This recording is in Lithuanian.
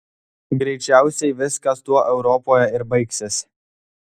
greičiausiai viskas tuo europoje ir baigsis